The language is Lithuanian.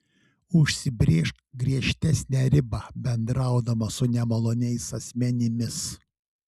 užsibrėžk griežtesnę ribą bendraudama su nemaloniais asmenimis